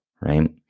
Right